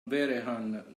vehrehan